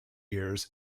years